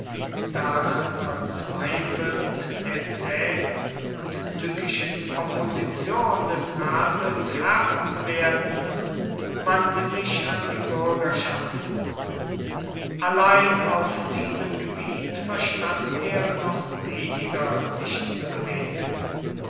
daran verzweifelnd der zähen und tückischen opposition des rates herr zu werden wandte sich an die bürgerschaft allein auf diesem gebiet verstand er noch weniger sich zu bewegen